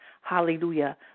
hallelujah